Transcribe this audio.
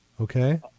Okay